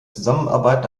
zusammenarbeit